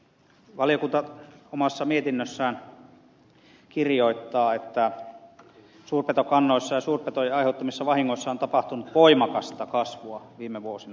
valiokunta omassa mietinnössään kirjoittaa että suurpetokannoissa ja suurpetojen aiheuttamissa vahingoissa on tapahtunut voimakasta kasvua viime vuosina